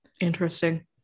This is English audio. Interesting